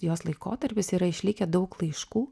jos laikotarpis yra išlikę daug laiškų